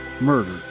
murder